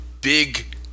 big